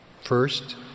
First